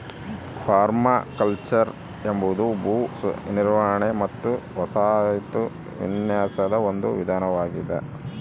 permaculture ಎಂಬುದು ಭೂ ನಿರ್ವಹಣೆ ಮತ್ತು ವಸಾಹತು ವಿನ್ಯಾಸದ ಒಂದು ವಿಧಾನವಾಗೆದ